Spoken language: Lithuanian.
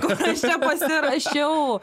kur aš čia pasirašiau